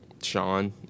Sean